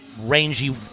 rangy